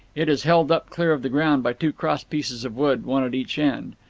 it is held up clear of the ground by two cross pieces of wood, one at each end,